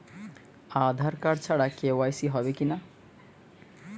আধার card ছাড়া KYC হবে কিনা?